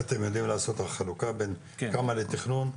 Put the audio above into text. אתם יודעים לעשות חלוקה בין כמה לתכנון,